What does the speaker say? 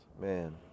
man